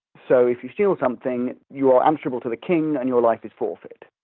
so if you steal something, you are answerable to the king and your life is forfeit.